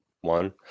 one